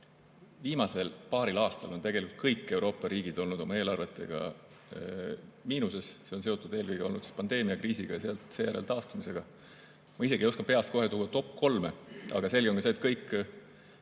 viimasel paaril aastal on tegelikult kõik Euroopa riigid olnud oma eelarvetega miinuses. See on seotud olnud eelkõige pandeemiakriisiga ja seejärel taastumisega. Ma isegi ei oska peast kohe tuuatop 3, aga selge on see, et kõik